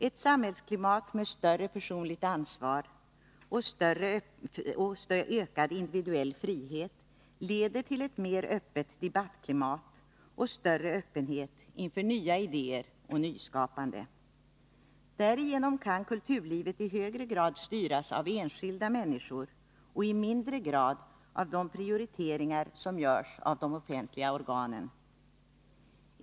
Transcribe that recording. Ett samhällsklimat med större personligt ansvar och ökad individuell frihet leder till ett öppnare debattklimat och större öppenhet inför nya idéer och nyskapande. Därigenom kan kulturlivet i högre grad styras av enskilda människor och i mindre grad av de prioriteringar som görs av de offentliga organen.